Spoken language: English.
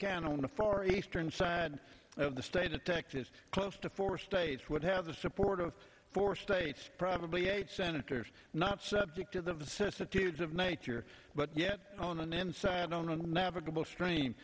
can on the far eastern side of the state of texas close to four states would have the support of four states probably eight senators not subject to the vicissitudes of nature but yet on an